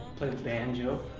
play the banjo.